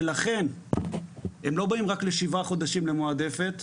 ולכן הם לא באים רק לשבעה חודשים למועדפת.